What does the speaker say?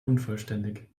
unvollständig